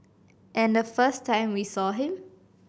and the first time we saw him